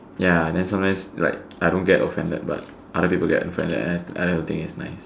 ya then sometimes like I don't get offended but other people get offended and I and I don't think it's nice